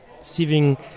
seeing